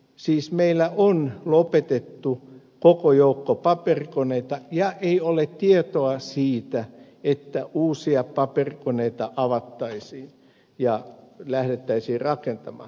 siis meillä on lopetettu koko joukko paperikoneita ja ei ole tietoa siitä että uusia paperikoneita avattaisiin ja lähdettäisiin rakentamaan